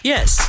Yes